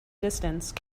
distance